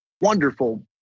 wonderful